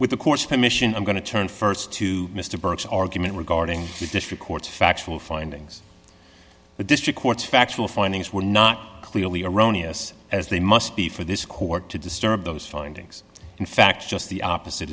with the court's commission i'm going to turn st to mr burke's argument regarding the district court's factual findings the district court's factual findings were not clearly erroneous as they must be for this court to disturb those findings in fact just the opposite